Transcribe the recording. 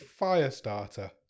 Firestarter